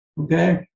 okay